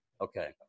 okay